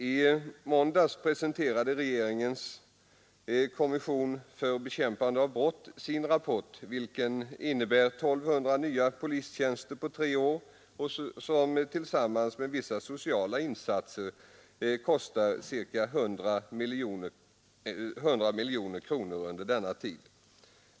I måndags presenterade regeringens kommission för bekämpande av brott sin rapport vilken innebär 1 200 nya polistjänster på tre år, som tillsammans med vissa sociala insatser kostar ca 100 miljoner kronor under denna tid.